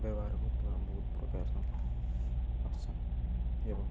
ବ୍ୟବହାର କରୁଥିବା ବହୁତ ପ୍ରକାର ଆଶା ଏବଂ